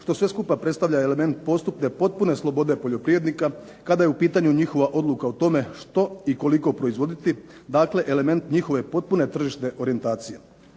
što sve skupa predstavlja element postupne potpune slobode poljoprivrednika kada je u pitanju njihova odluka o tome što i koliko proizvoditi, dakle element njihove potpune tržišne orijentacije.